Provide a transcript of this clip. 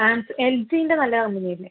ആ എൽ ജിൻറ്റെ നല്ല കമ്പനിയല്ലേ